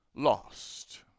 lost